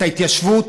את ההתיישבות,